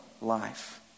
life